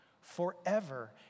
forever